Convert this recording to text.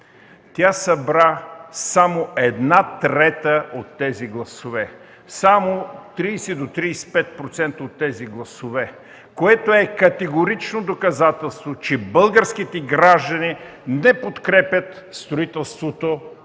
Тя събра само една трета от тези гласове – само 30–35 % от тези гласове, което е категорично доказателство, че българските граждани не подкрепят строителството